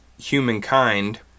humankind